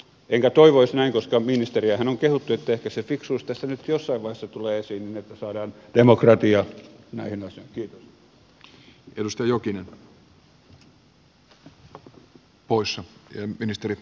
enkä toivoisi näin koska ministeriähän on kehuttu niin ehkä se fiksuus tässä nyt jossain vaiheessa tulee esiin niin että saadaan demokratia näihin asioihin